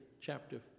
chapter